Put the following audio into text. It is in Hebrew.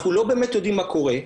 אנחנו לא באמת יודעים מה קורה,